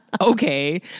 okay